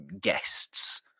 guests